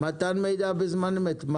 מתן מידע בזמן אמת.